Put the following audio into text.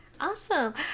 awesome